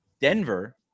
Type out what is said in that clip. Denver